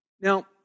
Now